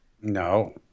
No